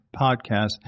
podcast